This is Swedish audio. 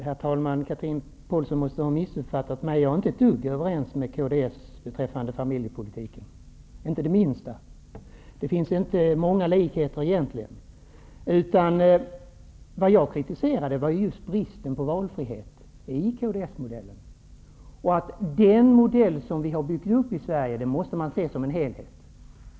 Herr talman! Chatrine Pålsson måste ha missuppfattat mig. Jag är inte ett dugg överens med kds beträffande familjepolitiken, inte det minsta. Vad jag kritiserade var just bristen på valfrihet i kds-modellen. Den modell som har byggts upp i Sverige måste ses som en helhet.